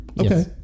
Okay